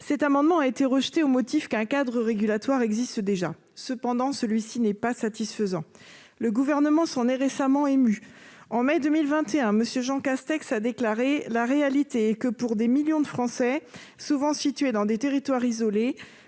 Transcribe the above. Cet amendement avait été rejeté au motif qu'un cadre de régulation existe déjà. Celui-ci, néanmoins, n'est pas satisfaisant, ce dont le Gouvernement s'est récemment ému. En mai 2021, M. Jean Castex a déclaré :« La réalité est que, pour des millions de Français, souvent situés dans des territoires isolés,